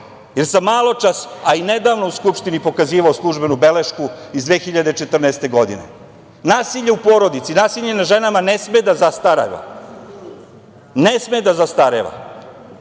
jer sam maločas, a i nedavno u Skupštini pokazivao službenu belešku iz 2014. godine. Nasilje u porodici, nasilje nad ženama ne sme da zastareva, ne sme da zastareva.